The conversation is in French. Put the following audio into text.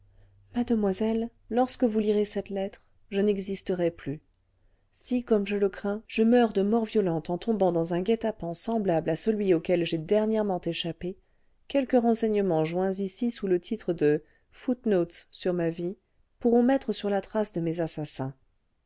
mademoiselle lorsque vous lirez cette lettre je n'existerai plus si comme je le crains je meurs de mort violente en tombant dans un guet-apens semblable à celui auquel j'ai dernièrement échappé quelques renseignements joints ici sous le titre de notes sur ma vie pourront mettre sur la trace de mes assassins